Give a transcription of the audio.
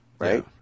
Right